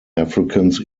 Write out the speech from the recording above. africans